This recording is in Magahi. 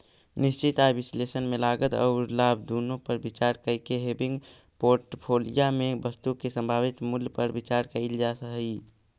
निश्चित आय विश्लेषण में लागत औउर लाभ दुनो पर विचार कईके हेविंग पोर्टफोलिया में वस्तु के संभावित मूल्य पर विचार कईल जा हई